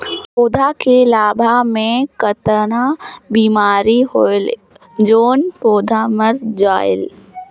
पौधा के गाभा मै कतना बिमारी होयल जोन पौधा मर जायेल?